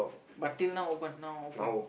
but till now open now open